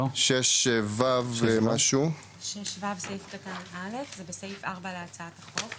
6ו(א), זה בסעיף 4 להצעת החוק.